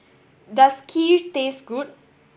does Kheer taste good